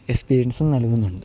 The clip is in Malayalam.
എസ്പീരിയൻസ് നൽകുന്നുണ്ട്